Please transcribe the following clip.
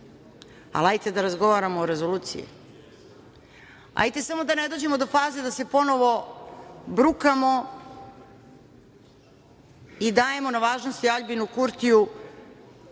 ali hajde da razgovaramo o rezoluciji, hajde samo da ne dođemo do faze da se ponovo brukamo i dajemo na važnosti Aljbinu Kurtiju